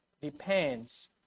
depends